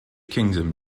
kingdom